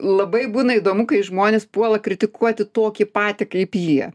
labai būna įdomu kai žmonės puola kritikuoti tokį patį kaip jie